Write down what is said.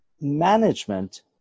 management